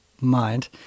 mind